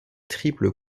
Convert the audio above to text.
triple